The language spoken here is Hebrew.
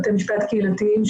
בתי משפט קהילתיים,